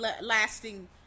lasting